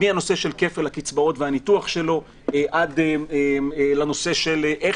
מהנושא של כפל הקצבאות והניתוח שלו ועד לנושא של איך